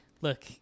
look